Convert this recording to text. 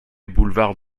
boulevard